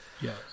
Yes